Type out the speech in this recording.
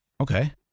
okay